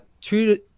two